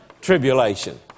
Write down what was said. tribulation